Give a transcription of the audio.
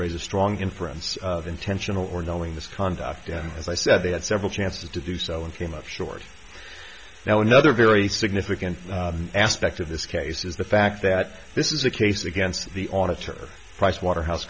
raise a strong inference intentional or knowing this conduct as i said they had several chances to do so and came up short now another very significant aspect of this case is the fact that this is a case against the auditor pricewaterhouse